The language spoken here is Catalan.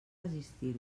resistir